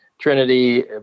Trinity